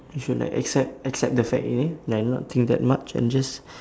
we should like accept accept the fact already like not think that much and just